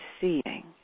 seeing